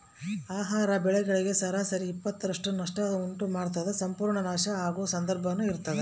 ಆಹಾರ ಬೆಳೆಗಳಿಗೆ ಸರಾಸರಿ ಇಪ್ಪತ್ತರಷ್ಟು ನಷ್ಟ ಉಂಟು ಮಾಡ್ತದ ಸಂಪೂರ್ಣ ನಾಶ ಆಗೊ ಸಂದರ್ಭನೂ ಇರ್ತದ